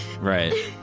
Right